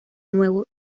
nuevo